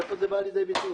איפה זה בא לידי ביטוי?